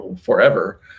forever